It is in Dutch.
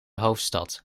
hoofdstad